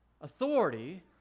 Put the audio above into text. authority